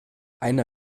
eine